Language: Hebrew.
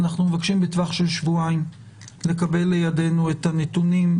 אנחנו מבקשים בטווח של שבועיים לקבל לידינו את הנתונים,